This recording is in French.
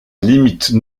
limite